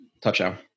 Touchdown